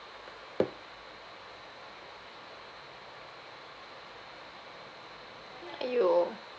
!aiyo!